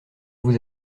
vous